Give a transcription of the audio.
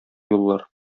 юллар